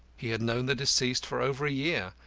he had known the deceased for over a year,